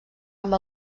amb